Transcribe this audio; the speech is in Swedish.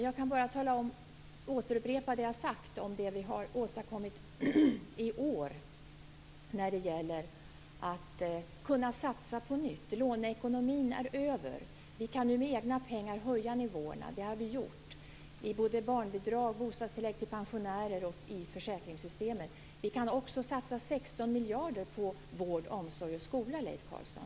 Jag kan bara upprepa det jag har sagt om vad vi har åstadkommit i år när det gäller att kunna satsa på nytt. Låneekonomin är över. Vi kan nu med egna pengar höja nivåerna. Det har vi gjort - i barnbidrag, i bostadstillägg till pensionärer och i försäkringssystemen. Vi kan också satsa 16 miljarder på vård, omsorg och skola, Leif Carlson.